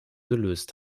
gelöst